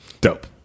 Dope